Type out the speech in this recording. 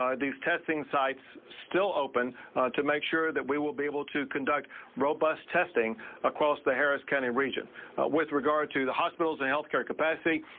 um these testing sites still open to make sure that we will be able to conduct robust testing across the harris county region with regard to the hospitals and health care the